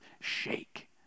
shake